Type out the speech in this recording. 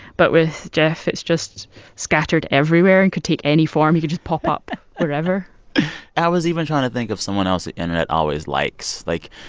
but with jeff, it's just scattered everywhere and could take any form. he could just pop up wherever i was even trying to think of someone else the internet always likes. like,